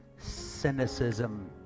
Cynicism